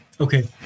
okay